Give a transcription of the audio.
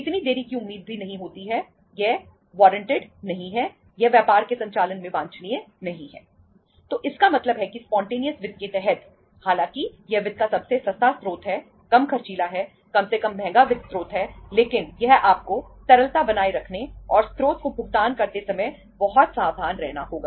इतनी देरी की उम्मीद भी नहीं होती है यह वारंटेड वित्त के तहत हालांकि यह वित्त का सबसे सस्ता स्रोत है कम खर्चीला है कम से कम महंगा वित्त स्रोत है लेकिन यह आपको तरलता बनाए रखने और स्रोत को भुगतान करते समय बहुत सावधान रहना होगा